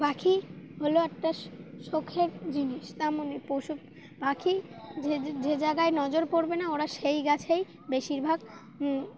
পাখি হলো একটা শখের জিনিস তেমন পশু পাখি যে যে জায়গায় নজর পড়বে না ওরা সেই গাছেই বেশিরভাগ